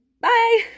Bye